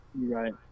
Right